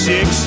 Six